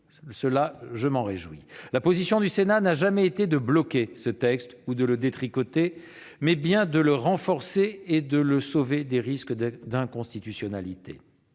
Je m'en réjouis ! La position du Sénat n'a jamais été de bloquer ce texte ou de le « détricoter », mais il s'agissait bien de le renforcer et de le sauver des risques d'inconstitutionnalité